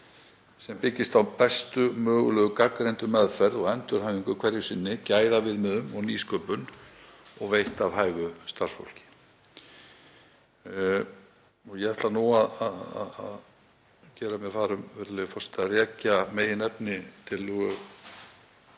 sem byggist á bestu mögulegu gagnreyndu meðferð og endurhæfingu hverju sinni, gæðaviðmiðum og nýsköpun og veitt af hæfu starfsfólki. Ég ætla nú að gera mér far um, virðulegi forseti, að rekja meginefni